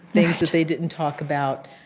things that they didn't talk about.